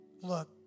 look